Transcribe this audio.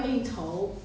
these four month